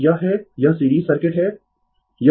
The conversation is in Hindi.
तो यह है यह सीरीज सर्किट है